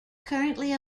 currently